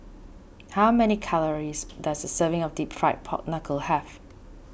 how many calories does a serving of Deep Fried Pork Knuckle have